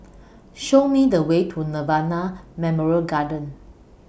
Show Me The Way to Nirvana Memorial Garden